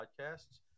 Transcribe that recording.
podcasts